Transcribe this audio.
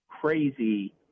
crazy